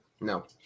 No